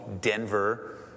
Denver